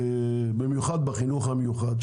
במיוחד בחינוך המיוחד,